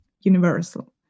universal